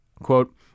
quote